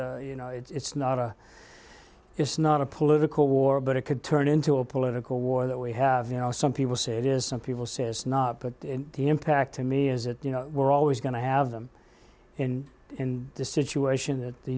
that you know it's not a it's not a political war but it could turn into a political war that we have you know some people say it is some people say it's not but the impact to me is that you know we're always going to have them in in the situation that the